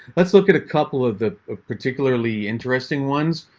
let's look at a couple of the particularly interesting ones.